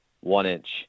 one-inch